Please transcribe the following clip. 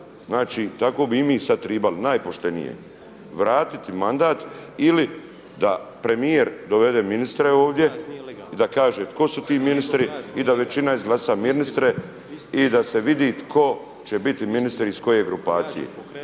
Znači, tako bi i mi sad tribali najpoštenije vratiti mandat ili da premijer dovede ministre ovdje i da kaže tko su ti ministri i da većina izglasa ministre i da se vidi tko će biti ministar iz koje grupacije.